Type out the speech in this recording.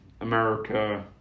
America